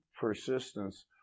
persistence